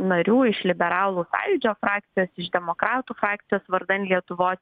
narių iš liberalų sąjūdžio frakcijos iš demokratų frakcijos vardan lietuvos